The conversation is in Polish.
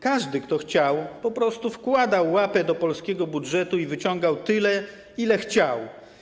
Każdy, kto chciał, po prostu wkładał łapę do polskiego budżetu i wyciągał tyle, ile chciał.